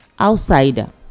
Outsider